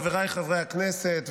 חבריי חברי הכנסת,